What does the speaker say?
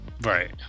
Right